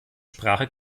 sprache